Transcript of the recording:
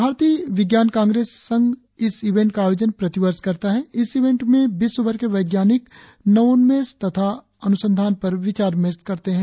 भारतीय विज्ञान कांग्रेस संघ इस इवेंट का आयोजन प्रतिवर्ष करता है इस इवेंट में विश्व भर के वैज्ञानिक नवोन्मेष तथा अनुसंधान पर विचार विमर्श करते हैं